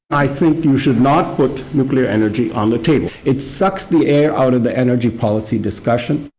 i think you should not put nuclear energy on the table. it sucks the air out of the energy policy discussion.